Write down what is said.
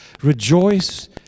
Rejoice